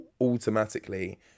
automatically